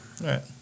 Right